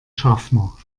schaffner